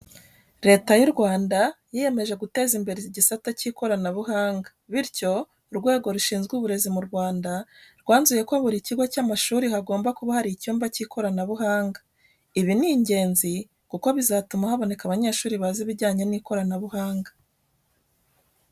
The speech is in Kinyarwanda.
Leta y'u Rwanda yiyemeje guteza imbere igisate cy'ikoranabuhanga bityo Urwego rushizwe Uburezi mu Rwanda rwanzuye ko muri buri kigo cy'amashuri hagomba buka hari icyumba k'ikoranabuhanga. Ibi ni ingenzi kuko bizatuma haboneka abanyeshuri bazi ibijyanye n'ikoranabuhanga.